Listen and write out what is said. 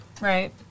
Right